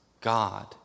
God